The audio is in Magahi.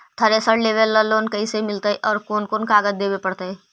थरेसर लेबे ल लोन कैसे मिलतइ और कोन कोन कागज देबे पड़तै?